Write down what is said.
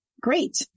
great